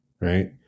Right